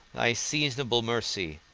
thy seasonable mercy,